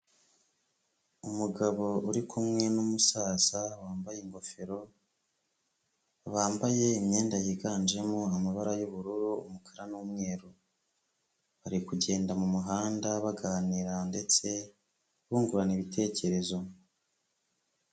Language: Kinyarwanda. Umugabo uri kumwe n'umusaza wambaye ingofero. Bambaye imyenda yiganjemo amabara y'ubururu, umukara n'umweru. Bari kugenda mu muhanda baganira ndetse bungurana ibitekerezo.